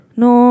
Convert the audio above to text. no